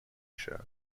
show